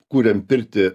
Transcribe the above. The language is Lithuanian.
kuriam pirtį